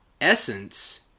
essence